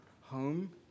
home